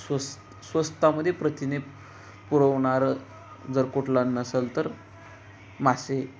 स्वस्त स्वस्तामध्ये प्रथिने पुरवणारं जर कुठला नसेल तर मासे